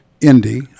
Indy